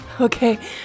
Okay